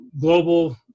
global